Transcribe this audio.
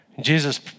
Jesus